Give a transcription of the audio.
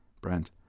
Brent